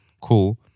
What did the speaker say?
Cool